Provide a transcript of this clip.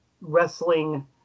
wrestling